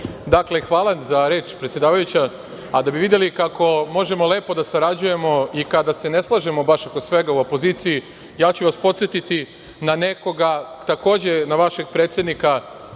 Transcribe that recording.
Dakle, hvala za reč, predsedavajuća, a da bi videli kako možemo lepo da sarađujemo i kada se ne slažemo baš oko svega u opoziciji, ja ću vas podsetiti na nekoga, takođe na vašeg predsednika,